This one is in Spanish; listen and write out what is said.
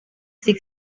zig